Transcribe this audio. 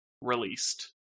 released